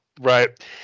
Right